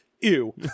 ew